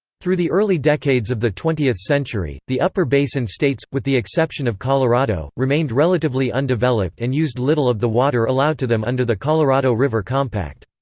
through the early decades of the twentieth century, the upper basin states, with the exception of colorado, remained relatively undeveloped and used little of the water allowed to them under the colorado river compact.